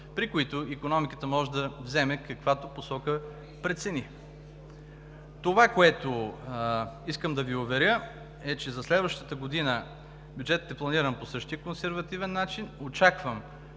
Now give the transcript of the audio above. при които икономиката може да вземе каквато посока прецени. Това, в което искам да Ви уверя, е, че за следващата година бюджетът е планиран по същия консервативен начин. Очаквам